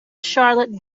charlotte